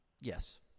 Yes